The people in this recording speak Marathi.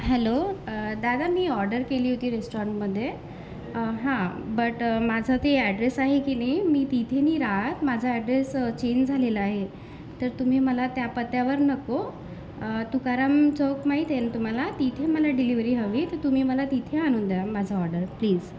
हॅलो दादा मी ऑर्डर केली होती रेस्टॉरंट मध्ये हा बट माझा ते अॅड्रेस आहे की नाही मी तिथे नाही राहत माझा अॅड्रेस चेंज झालेला आहे तर तुम्ही मला त्या पत्त्यावर नको तुकाराम चौक माहीत आहे ना तुम्हाला तिथे मला डिलीवरी हवी आहे तर तुम्ही मला तिथे आणून द्या माझा ऑर्डर प्लीज